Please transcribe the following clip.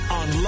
on